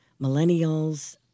millennials